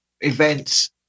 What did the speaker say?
events